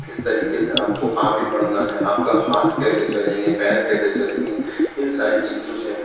کس طریقے سے آپ کو آگے بڑھنا ہے آپ کا ہاتھ کیسے چلیں گے پیر کیسے چلیں گے ان ساری چیزوں سے